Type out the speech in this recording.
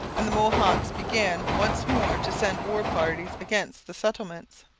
and the mohawks began once more to send war-parties against the settlements.